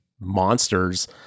monsters